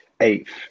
eighth